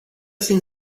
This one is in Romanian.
sunt